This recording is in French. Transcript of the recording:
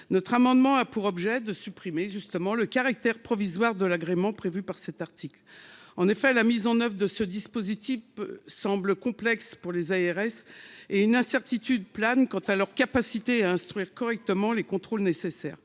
notre amendement a pour objet de supprimer justement le caractère provisoire de l'agrément prévues par cet article, en effet, la mise en oeuvre de ce dispositif semble complexe pour les ARS et une incertitude plane quant à leur capacité à instruire correctement les contrôles nécessaires.